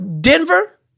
Denver